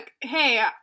hey